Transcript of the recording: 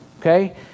okay